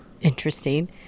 interesting